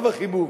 וי"ו החיבור.